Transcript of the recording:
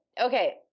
Okay